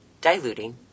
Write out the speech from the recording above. diluting